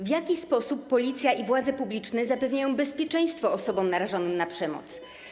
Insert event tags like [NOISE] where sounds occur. W jaki sposób Policja [NOISE] i władze publiczne zapewniają bezpieczeństwo osobom narażonym na przemoc?